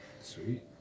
Sweet